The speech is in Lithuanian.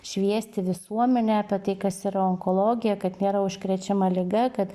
šviesti visuomenę apie tai kas yra onkologija kad nėra užkrečiama liga kad